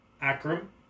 akram